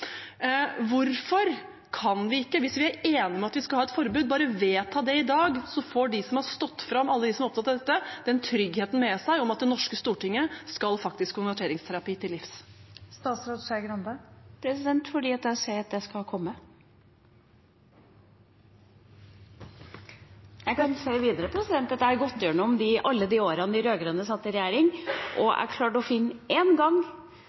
Hvorfor kan vi ikke, hvis vi er enige om at vi skal ha et forbud, bare vedta det i dag, og så får de som har stått fram, alle de som er opptatt av dette, den tryggheten med seg at det norske stortinget faktisk skal konverteringsterapi til livs? Fordi jeg sier at det skal komme. Jeg kan si videre at jeg har gått igjennom alle de årene de rød-grønne satt i regjering, og jeg klarte å finne én gang